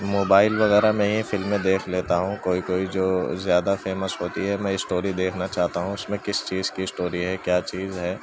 mobile وغیرہ میں ہی فلمیں دیکھ لیتا ہوں کوئی کوئی جو زیادہ فیمس ہوتی ہیں میں اسٹوری دیکھنا چاہتا ہوں اس میں کس چیز کی اسٹوری ہے کیا چیز ہے